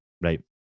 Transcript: Right